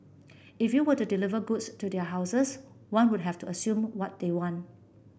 if you were to deliver goods to their houses one would have to assume what they want